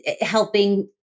helping